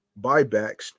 buybacks